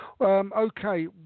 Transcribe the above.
Okay